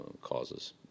causes